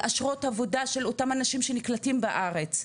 של אשרות עבודה של אותם אנשים שנקלטים בארץ,